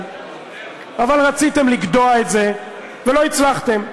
ורציתם לגדוע את זה ולא הצלחתם.